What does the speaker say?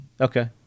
Okay